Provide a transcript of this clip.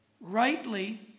rightly